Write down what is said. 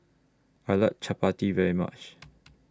I like Chapati very much